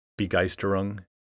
begeisterung